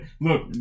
look